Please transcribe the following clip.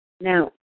Now